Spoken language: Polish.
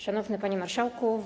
Szanowny Panie Marszałku!